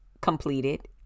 completed